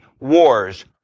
wars